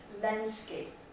landscape